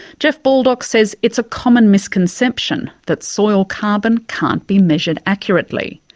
jeff baldock says it's a common misconception that soil carbon can't be measured accurately.